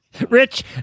Rich